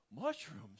mushrooms